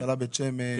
הצלה בית שמש,